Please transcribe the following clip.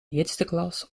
eersteklas